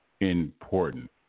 important